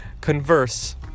converse